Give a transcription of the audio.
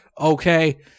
Okay